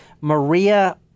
Maria